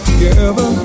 Together